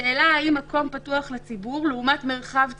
בשאלה האם מקום פתוח לציבור לעומת מרחב ציבורי,